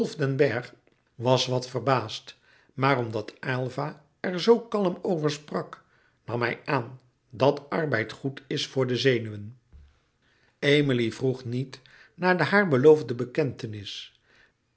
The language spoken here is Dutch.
was wat verbaasd maar omdat aylva er zoo kalm over sprak nam hij aan dat arbeid goed is voor de zenuwen emile vroeg niet naar de haar beloofde bekentenis